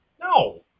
No